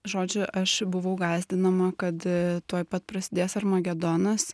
žodžiu aš buvau gąsdinama kad tuoj pat prasidės armagedonas